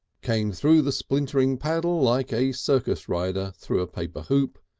came through the splintering paddle like a circus rider through a paper hoop,